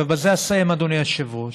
ובזה אסיים, אדוני היושב-ראש: